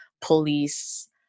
police